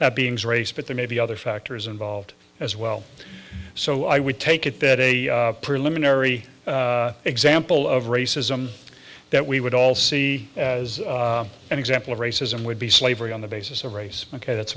being's race but there may be other factors involved as well so i would take it that a preliminary example of racism that we would all see as an example of racism would be slavery on the basis of race ok that's